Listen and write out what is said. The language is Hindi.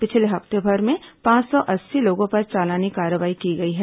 पिछले हफ्तेभर में पांच सौ अस्सी लोगों पर चालानी कार्रवाई की गई है